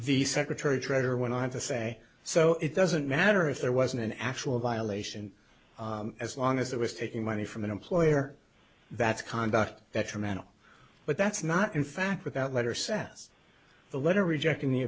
the secretary treasurer went on to say so it doesn't matter if there wasn't an actual violation as long as it was taking money from an employer that's conduct detrimental but that's not in fact with that letter says the letter rejecting the